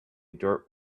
dirt